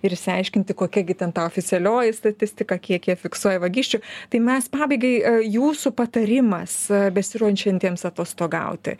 ir išsiaiškinti kokie gi ten ta oficialioji statistika kiek jie fiksuoja vagysčių tai mes pabaigai jūsų patarimas besiruonšiantiems atostogauti